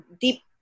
deep